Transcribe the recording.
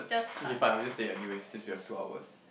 okay fine I'll just say anyway since we have two hours